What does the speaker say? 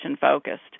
focused